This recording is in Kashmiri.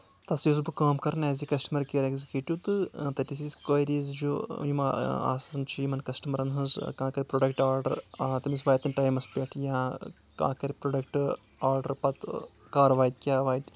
تَتھ سۭتۍ چھُس بہٕ کٲم کَرُن as a customer care executive تہٕ تَتہِ ٲسۍ أسۍ کوریج یِم آسان چھِ یِمَن کَسٹمرن ہٕنٛز کانٛہہ کانہہ پرٛوڈَکٹ آرڈَر تٔمِس واتن ٹایمَس پؠٹھ یا کانٛہہ کَرِ پرٛوڈَکٹ آرڈَر پَتہٕ کَر واتہِ کیاہ واتہِ